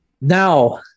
Now